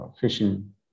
fishing